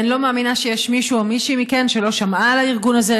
אני לא מאמינה שיש מישהו או מישהי מכם שלא שמעה על הארגון הזה,